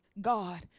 God